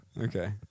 Okay